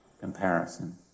comparison